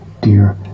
dear